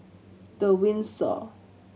The Windsor